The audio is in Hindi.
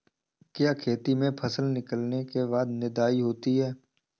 खेती में फसल निकलने के बाद निदाई होती हैं?